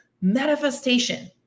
Manifestation